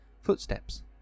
Footsteps